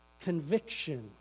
conviction